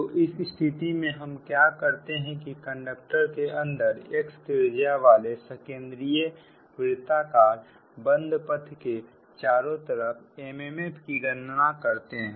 तो इस स्थिति में हम क्या करते हैं कि कंडक्टर के अंदर x त्रिज्या वाले सकेंद्रीय वृत्ताकार बंधपथ के चारों तरफ MMF की गणना करते हैं